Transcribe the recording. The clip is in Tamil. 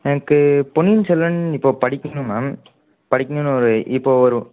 எனக்கு பொன்னியின் செல்வன் இப்போ படிக்கணும் மேம் படிக்கணும்ன்னு ஒரு இப்போ ஒரு